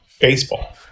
baseball